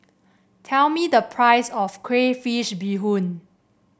tell me the price of Crayfish Beehoon